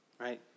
right